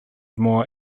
more